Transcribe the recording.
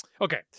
okay